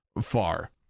far